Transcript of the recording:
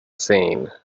seen